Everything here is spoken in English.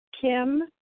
Kim